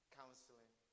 counseling